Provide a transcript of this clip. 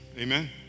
Amen